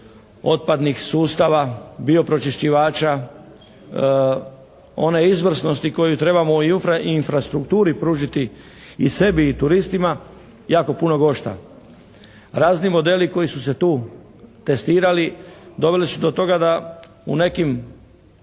otpadnih sustava, biopročišćivača, one izvrsnosti koje trebamo i u infrastrukturi pružiti i sebi i turistima jako puno košta. Razni modeli koji su se tu testirali doveli su do toga da u nekim